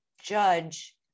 judge